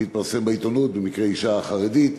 זה התפרסם בעיתונות, במקרה אישה חרדית,